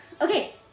Okay